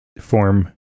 form